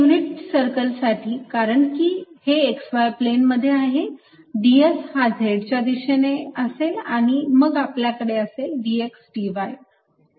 या युनिट सर्कलसाठी कारण की हे x y प्लेन मध्ये आहे ds हा z च्या दिशेने असेल आणि मग आपल्याकडे असेल dx dy